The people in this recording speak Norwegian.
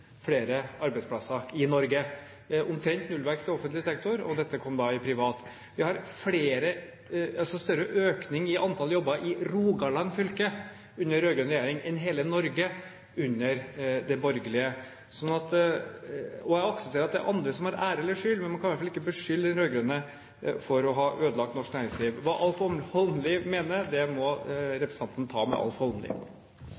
flere arbeidsplasser i Norge, omtrent nullvekst i offentlig sektor, og disse kom da i privat. Det er større økning i antall jobber i Rogaland fylke under den rød-grønne regjeringen enn det var i hele Norge under den borgerlige. Jeg aksepterer at det er andre som har ære eller skyld, men man kan i hvert fall ikke beskylde de rød-grønne for å ha ødelagt norsk næringsliv. Hva Alf Egil Holmelid mener, må representanten ta med Holmelid. Litt i forlengelsen av det